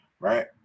right